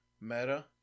meta